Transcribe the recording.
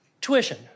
tuition